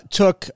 took